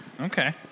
Okay